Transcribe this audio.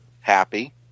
happy